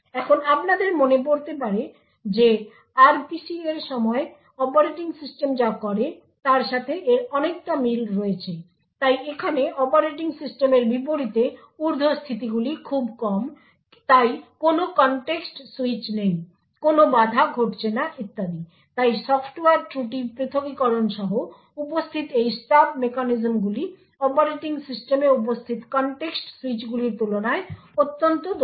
এখন আপনাদের মনে পরতে পারে যে RPC এর সময় অপারেটিং সিস্টেম যা করে তার সাথে এর অনেকটা মিল রয়েছে তাই এখানে অপারেটিং সিস্টেমের বিপরীতে উর্ধস্থিতিগুলি খুব কম তাই কোনও কনটেক্সট সুইচ নেই কোনও বাধা ঘটছে না ইত্যাদি তাই সফ্টওয়্যার ত্রুটি পৃথকীকরন সহ উপস্থিত এই স্টাব মেকানিজমগুলি অপারেটিং সিস্টেমে উপস্থিত কনটেক্সট সুইচগুলির তুলনায় অত্যন্ত দক্ষ